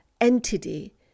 entity